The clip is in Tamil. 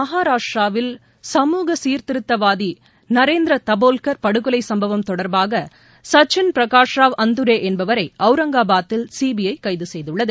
மகாராஷ்டிராவில் சமூக சீர்திருத்தவாதி நரேந்திர தபோல்கர் படுகொலை சும்பவம் தொடர்பாக சச்சின் பிரகாஷ்ராவ் அந்துரே என்பவரை ஔரங்காபாதில் சிபிஐ கைது செய்துள்ளது